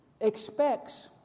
expects